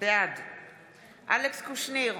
בעד אלכס קושניר,